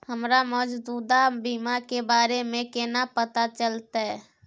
हमरा मौजूदा बीमा के बारे में केना पता चलते?